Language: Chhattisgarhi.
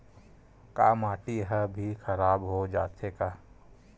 का माटी ह भी खराब हो जाथे का?